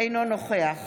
אינו נוכח